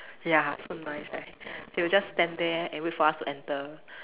ya so nice right they will just stand there and wait for us to enter